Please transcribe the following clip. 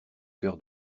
cœur